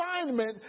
assignment